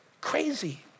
crazy